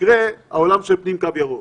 במקרה מהעולם של פנים קו ירוק.